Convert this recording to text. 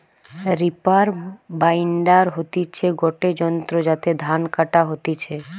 reaper binder হতিছে গটে যন্ত্র যাতে ধান কাটা হতিছে